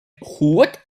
hood